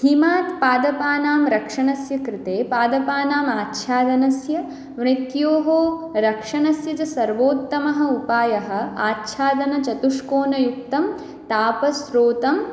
हिमात् पादपानां रक्षणस्य कृते पादपानाम् आच्छादनस्य मृत्योः रक्षणस्य च सर्वोत्तमः उपायः आच्छादनचतुष्कोनयुक्तं तापस्स्रोतम्